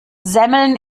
semmeln